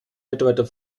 mitarbeiter